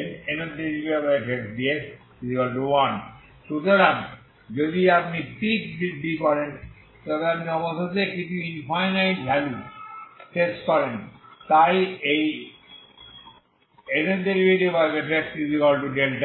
একই ∞fndx1 সুতরাং যদি আপনি পিক বৃদ্ধি করেন তবে আপনি অবশেষে কিছু ইনফাইনাইট ভ্যালু শেষ করেন তাই এই fn δ